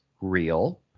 real